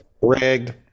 Rigged